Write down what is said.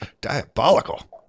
Diabolical